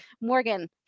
Morgan